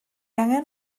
angen